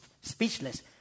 speechless